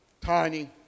tiny